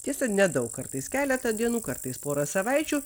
tiesa nedaug kartais keletą dienų kartais pora savaičių